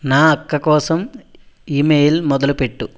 నా అక్క కోసం ఈమెయిల్ మొదలుపెట్టు